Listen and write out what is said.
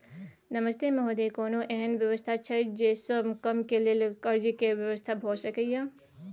नमस्ते महोदय, कोनो एहन व्यवस्था छै जे से कम के लेल कर्ज के व्यवस्था भ सके ये?